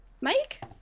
mike